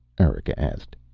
erika asked.